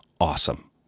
awesome